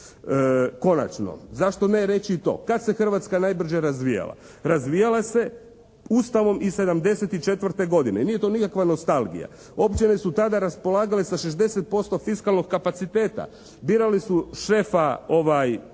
Konačno, zašto ne reći i to? Kad se Hrvatska najbrže razvijala? Razvijala se Ustavom iz 1974. godine. I nije to nikakva nostalgija. Općine su tada raspolagale Sa 60% fiskalnog kapaciteta. Birali su šefa suda